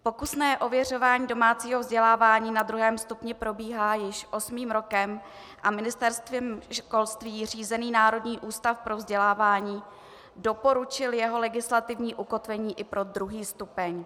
Pokusné ověřování domácího vzdělávání na druhém stupni probíhá již osmým rokem a Ministerstvem školství řízený Národní ústav pro vzdělávání doporučil jeho legislativní ukotvení i pro druhý stupeň.